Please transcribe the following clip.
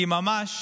כי ממש